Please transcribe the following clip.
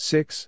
Six